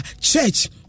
church